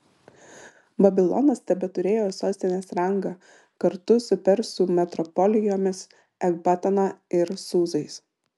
babilonas tebeturėjo sostinės rangą kartu su persų metropolijomis ekbatana ir sūzais